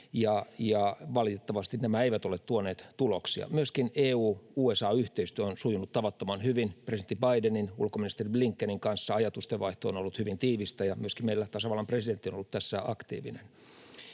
ja valitettavasti nämä eivät ole tuoneet tuloksia. Myöskin EU—USA-yhteistyö on sujunut tavattoman hyvin. Presidentti Bidenin ja ulkoministeri Blinkenin kanssa ajatustenvaihto on ollut hyvin tiivistä, ja myöskin meillä tasavallan presidentti on ollut tässä aktiivinen.